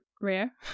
rare